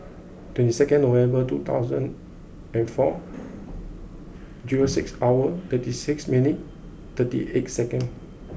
twenty second November two thousand and four zero six hour thirty six minute thirty eight second